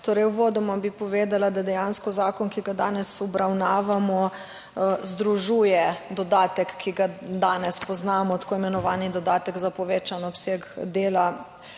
Torej uvodoma bi povedala, da dejansko zakon, ki ga danes obravnavamo združuje dodatek, ki ga danes poznamo, tako imenovani dodatek za povečan obseg dela.